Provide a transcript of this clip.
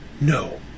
No